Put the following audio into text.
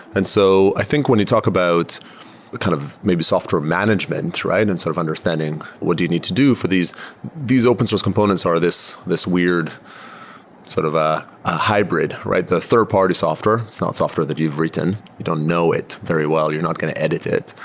and so i think when you talk about kind of maybe software management and sort of understanding what do you need to do for these these open source components are this this weird sort of a ah hybrid, right? the third-party software. it's not software that you've written. you don't know it very well. you're not going to edit it.